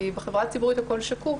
כי בחברה הציבורית הכול שקוף,